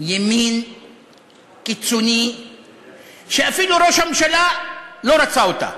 ימין קיצוני שאפילו ראש הממשלה לא רצה אותה.